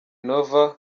nova